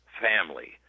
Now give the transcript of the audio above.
family